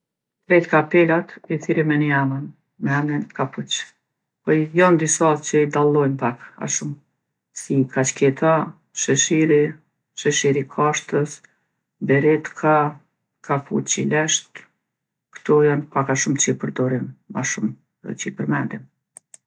Krejt kapelat i thirri me ni emën, me emnin kapuç. Po jon disa që i dallojmë pak a shumë, si kaçketa, sheshiri, sheshiri i kashtës, beretka, kapuçi lesht. to janë pak a shumë që i perdorim ma shumë edhe që i përmendim.